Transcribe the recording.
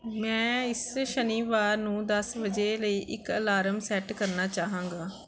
ਮੈਂ ਇਸ ਸ਼ਨੀਵਾਰ ਨੂੰ ਦਸ ਵਜੇ ਲਈ ਇੱਕ ਅਲਾਰਮ ਸੈੱਟ ਕਰਨਾ ਚਾਹਾਂਗਾ